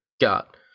got